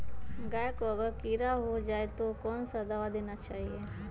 गाय को अगर कीड़ा हो जाय तो कौन सा दवा देना चाहिए?